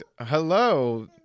Hello